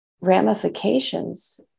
ramifications